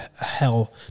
Hell